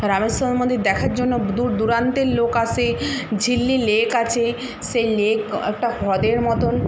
রামেশ্বর মন্দির দেখার জন্য দূর দূরান্তের লোক আসে ঝিল্লি লেক আছে সেই লেক একটা হ্রদের মতন